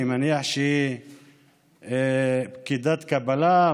אני מניח שהיא פקידת קבלה,